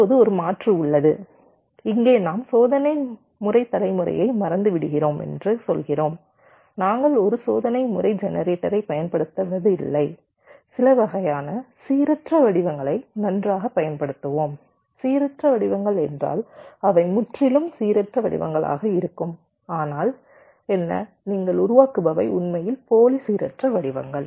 இப்போது ஒரு மாற்று உள்ளது இங்கே நாம் சோதனை முறை தலைமுறையை மறந்துவிடுகிறோம் என்று சொல்கிறோம் நாங்கள் ஒரு சோதனை முறை ஜெனரேட்டரைப் பயன்படுத்துவதில்லை சில வகையான சீரற்ற வடிவங்களை நன்றாகப் பயன்படுத்துவோம் சீரற்ற வடிவங்கள் என்றால் அவை முற்றிலும் சீரற்ற வடிவங்களாக இருக்கும் ஆனால் என்ன நீங்கள் உருவாக்குபவை உண்மையில் போலி சீரற்ற வடிவங்கள்